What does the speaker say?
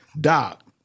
Doc